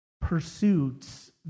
pursuits